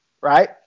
Right